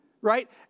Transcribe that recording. right